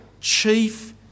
chief